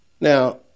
Now